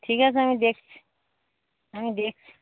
ঠিক আছে আমি দেখছি আমি দেখছি